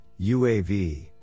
UAV